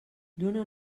lluna